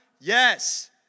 Yes